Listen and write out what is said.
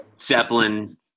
zeppelin